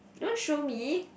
don't show me